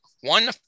one